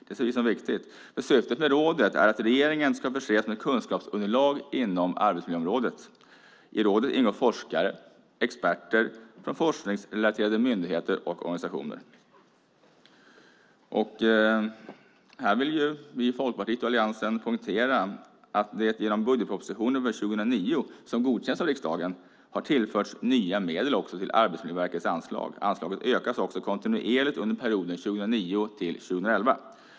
Det ser vi som viktigt. Syftet med rådet är att regeringen ska förses med kunskapsunderlag inom arbetsmiljöområdet. I rådet ingår forskare och experter från forskningsrelaterade myndigheter och organisationer. Här vill vi i Folkpartiet och Alliansen poängtera att det genom budgetpropositionen för 2009, som godkänts av riksdagen, har tillförts nya medel också till Arbetsmiljöverkets anslag. Anslaget ökas också kontinuerligt under perioden 2009-2011.